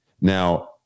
Now